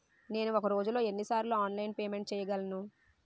నేను ఒక రోజులో ఎన్ని సార్లు ఆన్లైన్ పేమెంట్ చేయగలను?